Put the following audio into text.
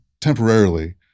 temporarily